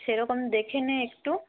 সেরকম দেখে নে একটু